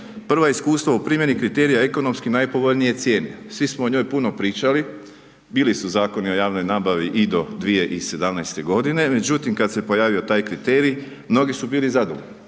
Prva iskustva u primjeni kriterija ekonomski najpovoljnije cijene. Svi smo o njoj puno pričali, bili su Zakoni o javnoj nabavi i do 2017. godine, međutim kada se pojavio taj kriterij mnogi su bili zadovoljni.